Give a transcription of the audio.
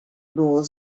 było